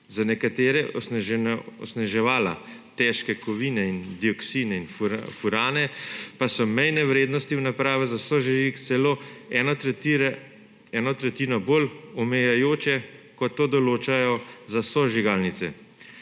za nekatera osneževala – težke kovine in dioksin in furane – pa so mejne vrednosti v napravah za sosežig celo eno tretjino bolj omejujoče, kot to določajo za sežigalnice.